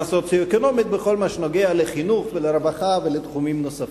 סוציו-אקונומית בכל מה שנוגע לחינוך ולרווחה ולתחומים נוספים.